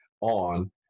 on